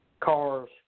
cars